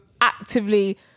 actively